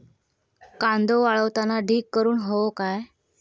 कांदो वाळवताना ढीग करून हवो काय?